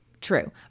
true